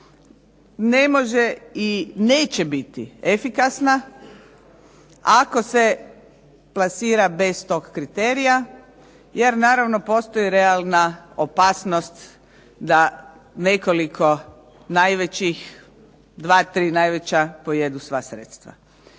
ne može i neće biti efikasna, ako se plasira bez tog kriterija, jer naravno postoji realna opasnost da nekoliko najvećih, dva, tri najveća pojedu sva sredstva.